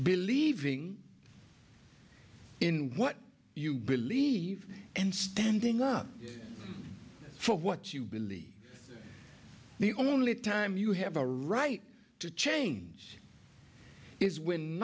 believing in what you believe and standing up for what you believe the only time you have a right to change is when